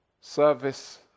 service